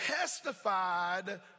testified